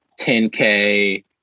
10K